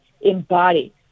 embody